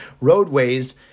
roadways